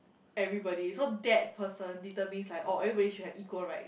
everybody so that person determine like oh everybody should have equal right